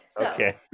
Okay